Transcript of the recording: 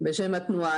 בשם התנועה.